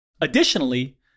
Additionally